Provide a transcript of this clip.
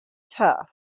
tough